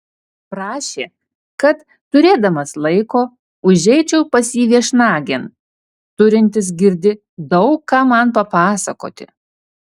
prašė kad turėdamas laiko užeičiau pas jį viešnagėn turintis girdi daug ką man papasakoti